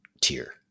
tier